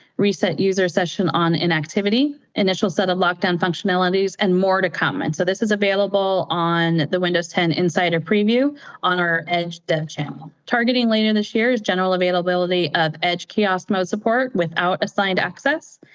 reset user session on inactivity, initial set of lock-down functionalities and more to comment. so this is available on the windows ten insider preview on our edge dev channel. targeting later this year is general availability of edge kiosk mode support without assigned access.